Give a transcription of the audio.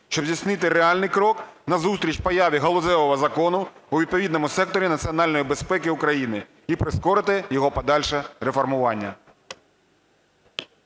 щоб здійснити реальний крок назустріч появі галузевого закону у відповідному секторі національної безпеки України і прискорити його подальше реформування.